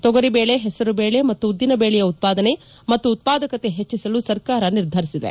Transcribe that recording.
ತೊಗರಿಬೇಳೆ ಹೆಸರುಬೇಳೆ ಮತ್ತು ಉದ್ದಿನಬೇಳೆಯ ಉತ್ಪಾದನೆ ಮತ್ತು ಉತ್ಪಾದಕತೆ ಹೆಚ್ಚಿಸಲು ಸರ್ಕಾರ ನಿರ್ಧರಿಸಿದೆ